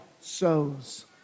sows